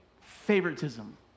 favoritism